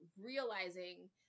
realizing